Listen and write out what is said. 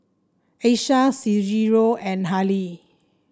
Aisha Cicero and Hallie